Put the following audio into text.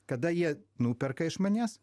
kada jie nuperka iš manęs